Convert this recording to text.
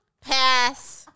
Pass